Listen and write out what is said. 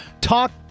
talk